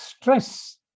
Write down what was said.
stress